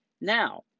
Now